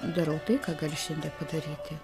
darau tai ką galiu šiandien padaryti